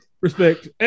Respect